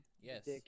Yes